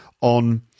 on